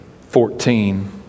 fourteen